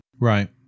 right